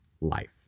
life